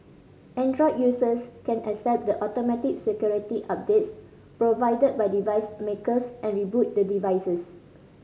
Android users can accept the automatic security updates provided by device makers and reboot the devices